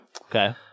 okay